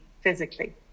physically